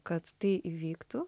kad tai įvyktų